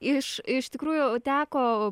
iš iš tikrųjų teko